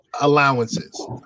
allowances